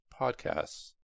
podcasts